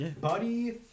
Buddy